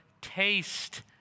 taste